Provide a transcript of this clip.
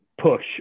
push